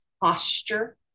posture